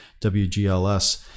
WGLS